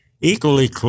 Equally